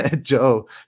Joe